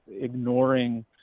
ignoring